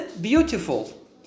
beautiful